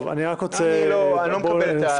אני לא מקבל את זה.